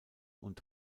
und